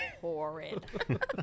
horrid